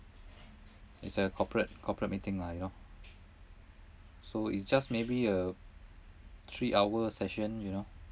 it's a corporate corporate lah you know so it's just maybe a three hour session you know